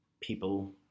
people